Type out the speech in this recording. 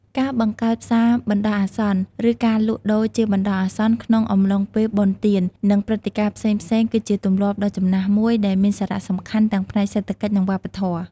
ការបង្កើតផ្សារបណ្ដោះអាសន្ន ឬការលក់ដូរជាបណ្ដោះអាសន្ន ក្នុងអំឡុងពេលបុណ្យទាន និងព្រឹត្តិការណ៍ផ្សេងៗ គឺជាទម្លាប់ដ៏ចំណាស់មួយ ដែលមានសារៈសំខាន់ទាំងផ្នែកសេដ្ឋកិច្ច និងវប្បធម៌។